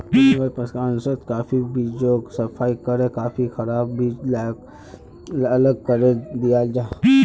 भीन्गाल प्रशंस्कर्नोत काफिर बीजोक सफाई करे काफिर खराब बीज लाक अलग करे दियाल जाहा